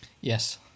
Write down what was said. Yes